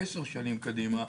עשר שנים קדימה,